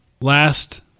last